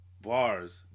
bars